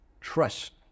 trust